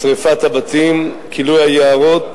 את שרפת הבתים, את כילוי היערות